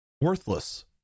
worthless